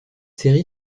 série